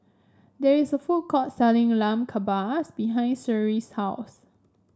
there is a food court selling Lamb Kebabs behind Sherrill's house